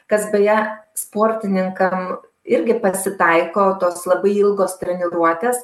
kas beje sportininkam irgi pasitaiko tos labai ilgos treniruotės